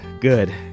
Good